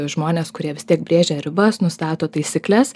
žmonės kurie vis tiek brėžia ribas nustato taisykles